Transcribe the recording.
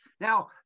Now